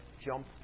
jump